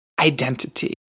identity